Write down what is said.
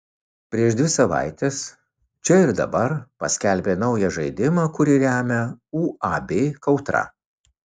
prieš dvi savaites čia ir dabar paskelbė naują žaidimą kurį remia uab kautra